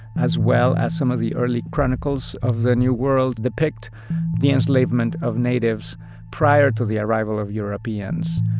as well as some of the early chronicles of the new world depict the enslavement of natives prior to the arrival of europeans.